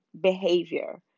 behavior